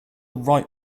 right